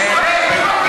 אתה אופוזיציה עכשיו.